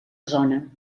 zona